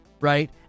right